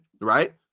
right